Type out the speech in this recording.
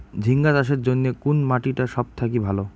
ঝিঙ্গা চাষের জইন্যে কুন মাটি টা সব থাকি ভালো?